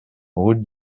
route